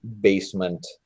basement